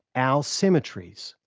our cemeteries,